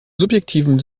subjektiven